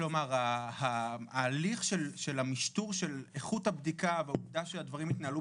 כלומר ההליך של המשטור של איכות הבדיקה והעובדה שהדברים יתנהלו